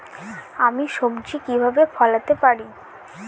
আমি সবজি কিভাবে ফলাতে পারি?